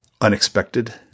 unexpected